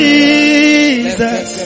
Jesus